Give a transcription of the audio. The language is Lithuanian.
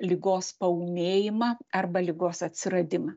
ligos paūmėjimą arba ligos atsiradimą